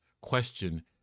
question